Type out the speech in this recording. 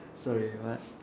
sorry what